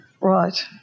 Right